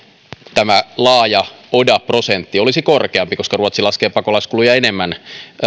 tämä laaja oda prosentti olisi korkeampi koska ruotsi laskee pakolaiskuluja enemmän